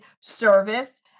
service